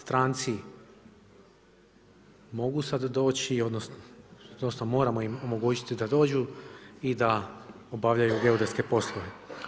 Stranci mogu sad doći odnosno moramo im omogućiti da dođu i da obavljaju geodetske poslove.